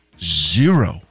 zero